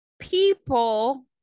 people